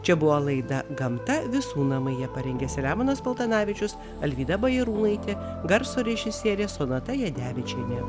čia buvo laida gamta visų namai ją parengė selemonas paltanavičius alvyda bajarūnaitė garso režisierė sonata jadevičienė